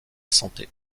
santé